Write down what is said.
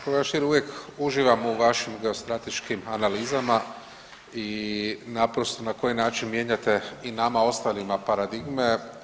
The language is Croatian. Kolega Stier uvijek uživam u vašim geostrateškim analizama i naprosto na koji način mijenjate i nama ostalima paradigme.